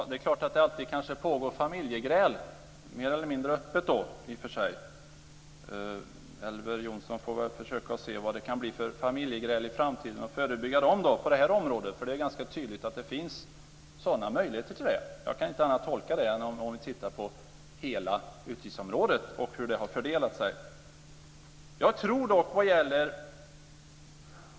Fru talman! Det är kanske så att det, mer eller mindre öppet, alltid pågår familjegräl. Elver Jonsson får se vad det kan bli för familjegräl i framtiden och försöka förebygga dem. Det är ganska tydligt att det finns möjligheter till det. Jag kan inte tolka det på annat sätt när vi tittar på hela utgiftsområdet.